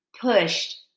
pushed